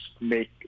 make